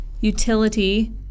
utility